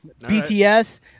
BTS